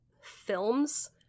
films